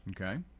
Okay